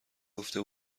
گفته